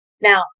Now